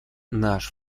наш